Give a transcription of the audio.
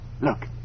Look